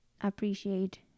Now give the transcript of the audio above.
appreciate